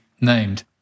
named